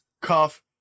cuff